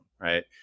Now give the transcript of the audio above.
right